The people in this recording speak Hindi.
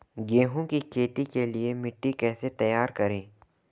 गेहूँ की खेती के लिए मिट्टी कैसे तैयार करें?